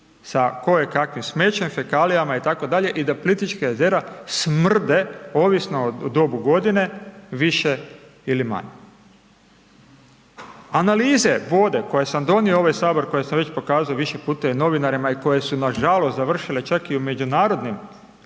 sa koje kakvim smećem, fekalijama itd. i da Plitvička jezera smrde ovisno o dobu godine, više ili manje. Analize vode koje sam donio u ovaj sabor koje sam već pokazao više puta i novinarima i koje su nažalost završile čak i u međunarodnim